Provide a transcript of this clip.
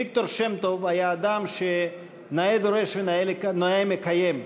ויקטור שם-טוב היה אדם של נאה דורש, נאה מקיים.